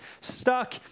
stuck